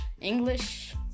English